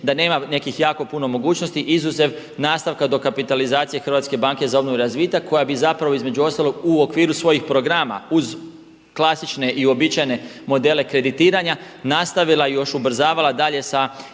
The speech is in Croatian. da nema nekih jako puno mogućnosti izuzev nastavka dokapitalizacije Hrvatske banke za obnovu i razvitak koja bi zapravo između ostalog u okviru svojih programa uz klasične i uobičajene modele kreditiranja nastavila još i ubrzavala dalje sa